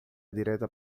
direta